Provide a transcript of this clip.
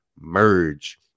merge